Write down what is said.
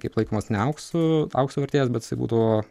kaip laikomas ne auksu aukso vertės bet jisai būdavo